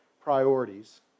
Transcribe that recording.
priorities